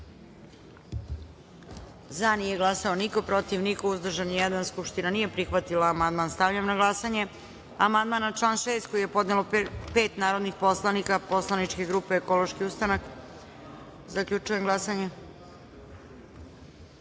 glasanje: za – niko, protiv – niko, uzdržan – jedan. Skupština nije prihvatila amandman. Stavljam na glasanje amandman na član 6. koji je podnelo pet narodnih poslanika poslaničke grupe Ekološki ustanak. Zaključujem glasanje: